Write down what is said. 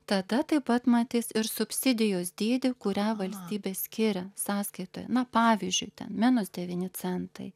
tada taip pat matys ir subsidijos dydį kurią valstybė skiria sąskaitoje na pavyzdžiui minus devyni centai